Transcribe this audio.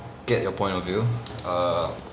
get your point of view err